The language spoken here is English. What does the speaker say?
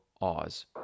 Oz